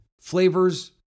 flavors